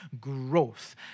growth